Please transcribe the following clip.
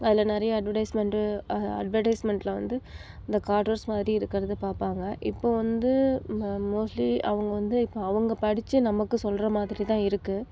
அதில் நிறையா அட்வர்டைஸ்மெண்ட்டு அட்வர்டைஸ்மெண்ட்டில் வந்து இந்த காட்ரஸ் மாதிரி இருக்கறதை பார்ப்பாங்க இப்போ வந்து ம மோஸ்ட்லி அவங்க வந்து இப்போ அவங்க படிச்சு நமக்கு சொல்கிற மாதிரிதான் இருக்கு